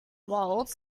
waltz